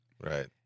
Right